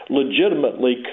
legitimately